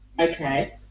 Okay